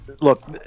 Look